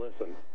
listen